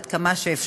עד כמה שאפשר,